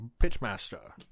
pitchmaster